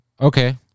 okay